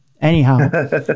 Anyhow